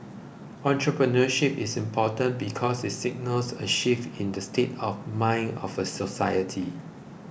entrepreneurship is important because it signals a shift in the state of mind of a society